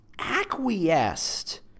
acquiesced